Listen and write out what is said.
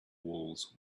walls